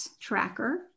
tracker